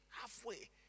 halfway